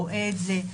רואה את זה,